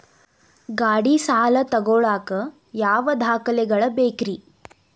ಗಾಡಿ ಸಾಲ ತಗೋಳಾಕ ಯಾವ ದಾಖಲೆಗಳ ಬೇಕ್ರಿ?